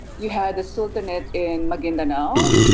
you had a sultanate in maguindanao,